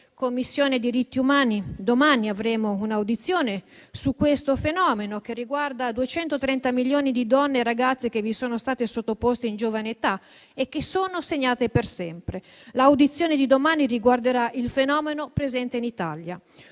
promozione dei diritti umani del Senato assisteremo a un'audizione proprio su questo fenomeno, che riguarda 230 milioni di donne e ragazze che vi sono state sottoposte in giovane età e che sono segnate per sempre. L'audizione di domani riguarderà il fenomeno presente in Italia.